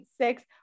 six